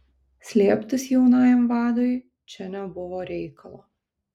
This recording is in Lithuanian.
slėptis jaunajam vadui čia nebuvo reikalo